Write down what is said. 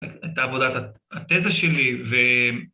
‫את עבודת התזה שלי.